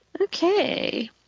Okay